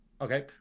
Okay